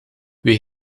wie